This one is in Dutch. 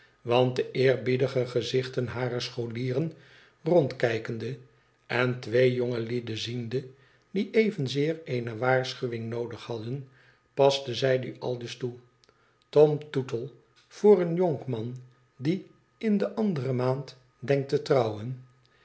want de eerbiedige gezichten harer scholieren rondkijkende en twee jongelieden ziende die evenzeer ene waarschuwing noodig hadden paste zij die aldus toe tom tootle voor een jonkman die in de andere maand denkt te trouwen